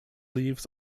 leaves